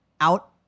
Out